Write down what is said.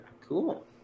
Cool